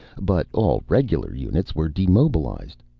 but all regular units were demobilized.